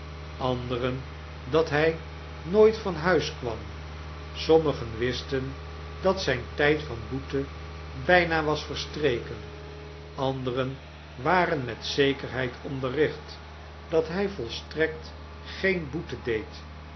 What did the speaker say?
anderen dat hij nooit van huis kwam sommigen wisten dat zijn tijd van boete bijna was verstreken anderen waren met zekerheid onderricht dat hij volstrekt geen boete deed